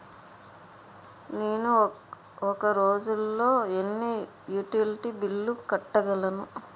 నేను ఒక రోజుల్లో ఎన్ని యుటిలిటీ బిల్లు కట్టగలను?